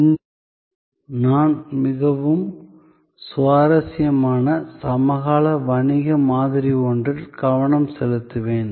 இன்று நான் மிகவும் சுவாரஸ்யமான சமகால வணிக மாதிரி ஒன்றில் கவனம் செலுத்துவேன்